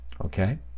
okay